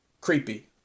creepy